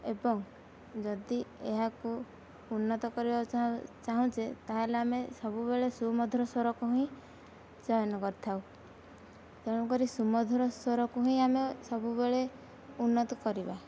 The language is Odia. ଏବଂ ଯଦି ଏହାକୁ ଉନ୍ନତ କରିବା ଚାହୁଁଛେ ତାହେଲେ ଆମେ ସବୁବେଳେ ସୁମଧୂର ସ୍ୱରକୁ ହିଁ ଚୟନ କରିଥାଉ ତେଣୁ କରି ସୁମଧୂର ସ୍ୱରକୁ ହିଁ ଆମେ ସବୁବେଳେ ଉନ୍ନତ କରିବା